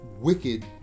wicked